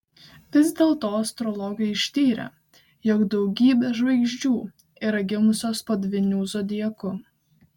vis dėlto astrologai ištyrė jog daugybė žvaigždžių yra gimusios po dvyniu zodiaku